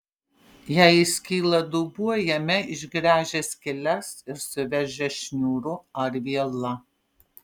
jei įskyla dubuo jame išgręžia skyles ir suveržia šniūru ar viela